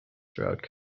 throughout